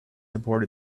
aborted